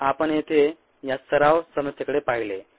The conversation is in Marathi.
मग आपण येथे या सराव समस्येकडे पाहिले